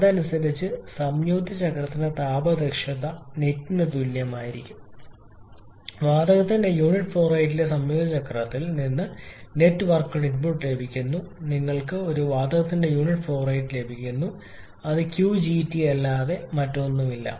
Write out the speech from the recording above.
അതനുസരിച്ച് സംയോജിത ചക്രത്തിന്റെ താപ ദക്ഷത നെറ്റിന് തുല്യമായിരിക്കും ഔട്ട്പുട്ട് വാതകത്തിന്റെ യൂണിറ്റ് ഫ്ലോ റേറ്റിലെ സംയോജിത ചക്രത്തിൽ നിന്ന് നെറ്റ് ഇൻപുട്ടിലേക്ക് ലഭിക്കുന്നു നിങ്ങൾക്ക് വാതകത്തിന്റെ യൂണിറ്റ് ഫ്ലോ റേറ്റ് ലഭിക്കുന്നു അത് qGT അല്ലാതെ മറ്റൊന്നുമല്ല